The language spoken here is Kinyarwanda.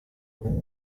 ubumwe